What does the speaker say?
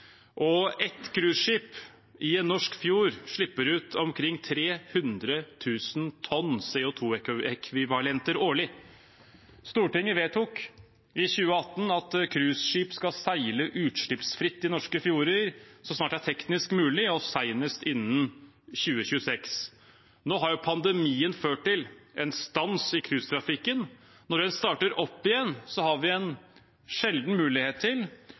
og ett cruiseskip i en norsk fjord slipper ut omkring 300 000 tonn CO2-ekvivalenter årlig. Stortinget vedtok i 2018 at cruiseskip skal seile utslippsfritt i norske fjorder så snart det er teknisk mulig, og senest innen 2026. Nå har pandemien ført til stans i cruisetrafikken. Når den starter opp igjen, har vi en sjelden mulighet til